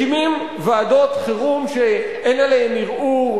מקימים ועדות חירום שאין עליהן ערעור,